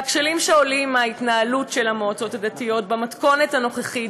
והכשלים שעולים מההתנהלות של המועצות הדתיות במתכונת הנוכחית,